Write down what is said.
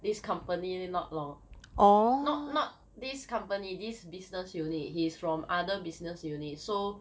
this company not long not not this company this business unit he is from other business unit so